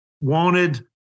wanted